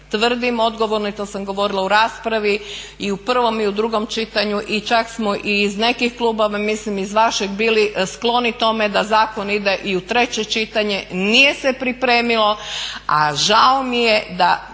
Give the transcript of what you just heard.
tvrdim odgovorno i to sam govorila u raspravi i u prvom i u drugom čitanju i čak smo i iz nekih klubova, mislim iz vašeg bili skloni tome da zakon ide i u treće čitanje, nije se pripremilo a žao mi je da